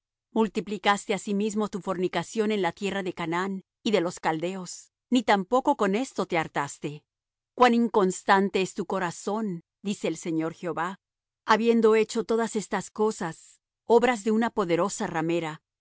multiplicaste asimismo tu fornicación en la tierra de canaán y de los caldeos ni tampoco con esto te hartaste cuán inconstante es tu corazón dice el señor jehová habiendo hecho todas estas cosas obras de una poderosa ramera